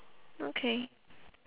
okay